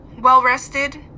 Well-rested